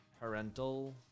parental